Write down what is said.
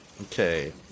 Okay